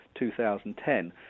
2010